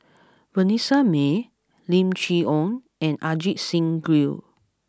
Vanessa Mae Lim Chee Onn and Ajit Singh Gill